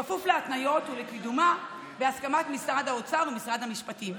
בכפוף להתניות ולקידומה בהסכמת משרד האוצר ומשרד המשפטים.